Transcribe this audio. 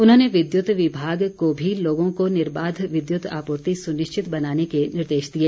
उन्होंने विद्युत विभाग को भी लोगों को निर्बाध विद्युत आपूर्ति सुनिश्चित बनाने के निर्देश दिए